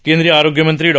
केंद्रीय आरोग्य मंत्री डॉ